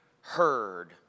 heard